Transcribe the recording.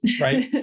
right